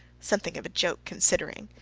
something of a joke, considering.